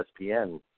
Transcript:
ESPN